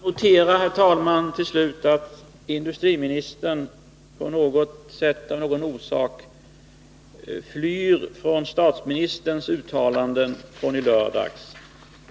Herr talman! Jag noterar till slut att industriministern av någon orsak flyr från statsministerns uttalanden från i lördags.